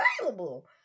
available